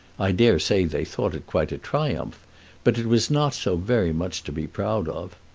i dare say they thought it quite a triumph but it was not so very much to be proud of.